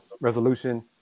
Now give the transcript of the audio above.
resolution